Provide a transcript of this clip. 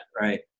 right